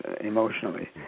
emotionally